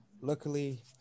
luckily